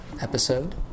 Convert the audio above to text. episode